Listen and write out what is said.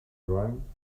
joan